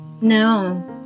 No